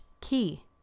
key